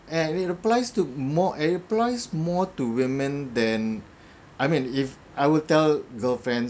and it applies to more it applies more to women then I mean if I will tell girlfriend